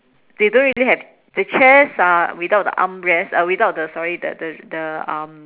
they don't really have the chairs are without the armrest uh without the sorry the the the um